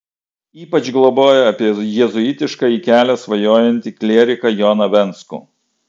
ypač globoja apie jėzuitiškąjį kelią svajojantį klieriką joną venckų